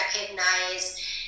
recognize